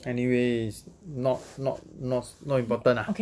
anyways not not not not important lah